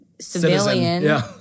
civilian